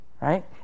Right